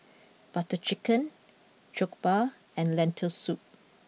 Butter Chicken Jokbal and Lentil Soup